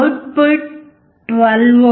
output 12 V